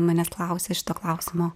manęs klausia šito klausimo